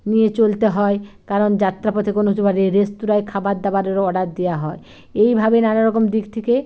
নিয়ে চলতে হয় কারণ যাত্রা পথে কোনো জায়গায় রেস্তোরাঁয় খাবার দাবারের অর্ডার দেয়া হয় এইভাবে নানা রকম দিক থিকে